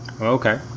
Okay